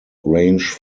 range